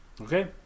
Okay